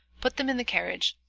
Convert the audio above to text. put them in the carriage,